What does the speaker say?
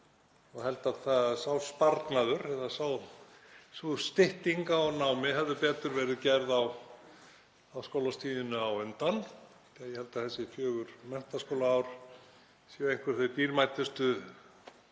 Ég held að sá sparnaður eða sú stytting á námi hefði betur verið gerð á skólastiginu á undan því að ég held að þessi fjögur menntaskólaár séu einhver þau dýrmætustu,